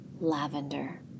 lavender